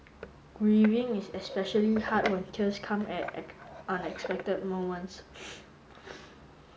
grieving is especially hard when tears come at unexpected moments